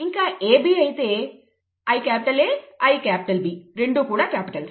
ఇంకా AB అయితే IA IB రెండు కూడా క్యాపిటల్స్